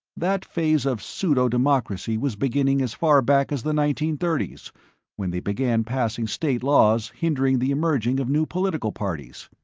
that phase of pseudo-democracy was beginning as far back as the nineteen thirty s when they began passing state laws hindering the emerging of new political parties.